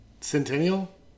Centennial